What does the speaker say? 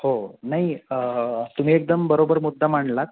हो नाही तुम्ही एकदम बरोबर मुद्दा मांडलात